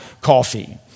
coffee